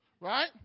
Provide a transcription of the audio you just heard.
right